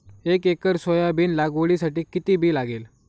एक acre soybean लागवडीसाठी किती बी लागेल?